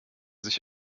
sich